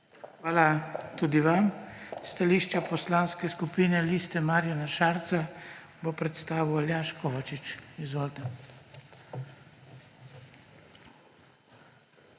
skupin. Stališče Poslanske skupine Liste Marjana Šarca bo predstavil Aljaž Kovačič. Izvolite.